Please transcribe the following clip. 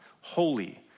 holy